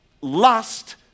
lust